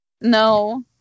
No